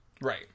Right